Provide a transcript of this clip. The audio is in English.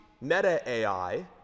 meta-AI